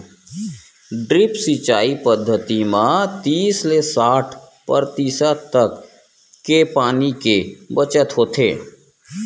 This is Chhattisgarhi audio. ड्रिप सिंचई पद्यति म तीस ले साठ परतिसत तक के पानी के बचत होथे